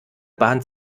bahnt